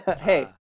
Hey